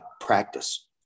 practice